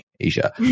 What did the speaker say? Asia